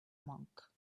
monk